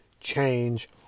change